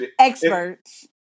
experts